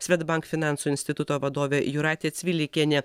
svedbank finansų instituto vadovė jūratė cvilikienė